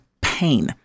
pain